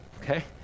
okay